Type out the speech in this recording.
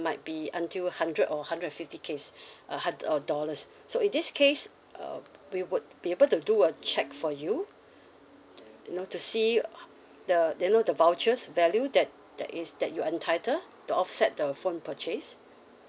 might be until hundred or hundred and fifty K or dollars so in this case uh we would be able to do a check for you you know to see uh the the vouchers value that that is that you're entitled to offset the phone purchase